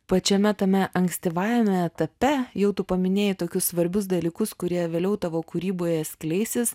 pačiame tame ankstyvajame etape jau tu paminėjai tokius svarbius dalykus kurie vėliau tavo kūryboje skleisis